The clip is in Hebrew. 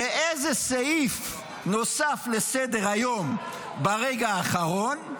איזה סעיף נוסף לסדר-היום ברגע האחרון?